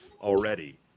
already